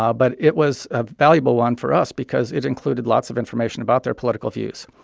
ah but it was a valuable one for us because it included lots of information about their political views.